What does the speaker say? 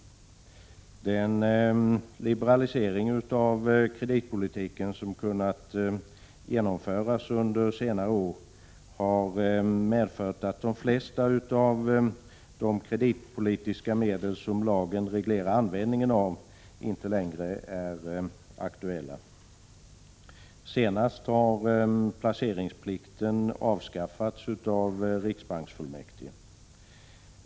Den liberalisering av kreditpolitiken som kunnat genomföras under senare år har medfört att de flesta av de kreditpolitiska medel som lagen reglerar användningen av inte längre är aktuella. Senast har placeringsplikten avskaffats av riksbanksfullmäktige.